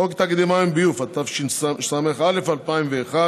חוק תאגידי מים וביוב, התשס"א 2001,